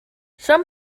some